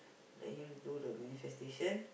let him do the manifestation